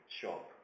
shop